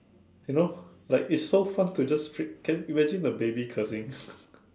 you know like it's so fun to just frick~ can you imagine the baby cursing